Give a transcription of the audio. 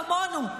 כמונו.